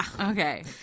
Okay